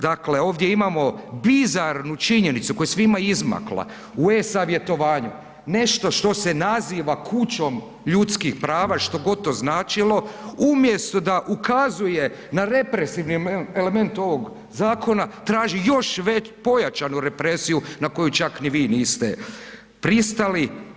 Dakle, ovdje imamo bizarnu činjenicu koja je svima izmakla u e-Savjetovanju nešto što se naziva kućom ljudskih prava, što god to značilo, umjesto da ukazuje na represivni element ovog zakona, traži još pojačanu represiju na koju čak ni vi niste pristali.